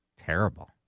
Terrible